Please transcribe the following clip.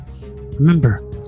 remember